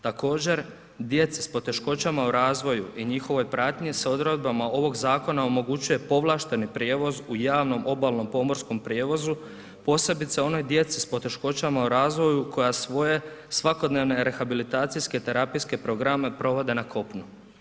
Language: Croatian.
Također, djeci s poteškoćama u razvoju i njihovoj pratnji s odredbama ovog zakona omogućuje povlašteni prijevoz u javnom obalnom pomorskom prijevozu posebice onoj djeci s poteškoćama u razvoju koja svoje svakodnevne rehabilitacije terapijske programe provode na kopnu.